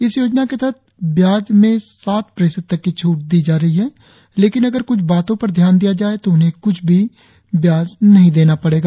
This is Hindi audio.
इस योजना के तहत ब्याज में सात प्रतिशत तक की छूट दी जा रही है लेकिन अगर क्छ बातों पर ध्यान दिया जाए तो उन्हें क्छ भी ब्याज नहीं देना पड़ेगा